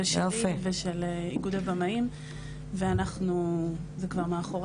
ושל איגוד הבמאים, וזה כבר מאחורינו.